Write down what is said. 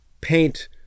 paint